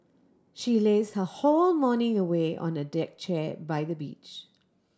she lazed her whole morning away on a deck chair by the beach